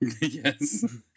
Yes